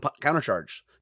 Countercharge